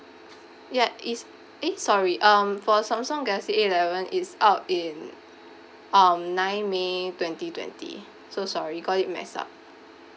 ya it's eh sorry um for samsung galaxy A eleven it's out in um nine may twenty twenty so sorry got it messed up